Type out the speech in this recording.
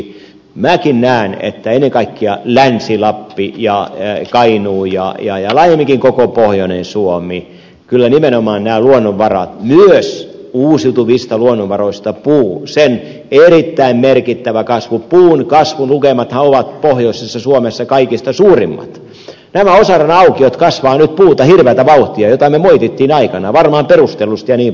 minäkin näen että ennen kaikkea länsi lapissa ja kainuussa ja laajemminkin koko pohjoisessa suomessa nimenomaan luonnonvarat myös uusiutuvista luonnonvaroista puu sen erittäin merkittävä kasvu puun kasvulukemathan ovat pohjoisessa suomessa kaikista suurimmat nämä osaran aukiot kasvavat nyt puuta nyt hirveätä vauhtia mitä me moitimme aikanaan varmaan perustellusti jnp